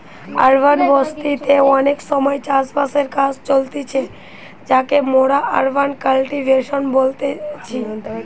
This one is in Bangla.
আরবান বসতি তে অনেক সময় চাষ বাসের কাজ চলতিছে যাকে মোরা আরবান কাল্টিভেশন বলতেছি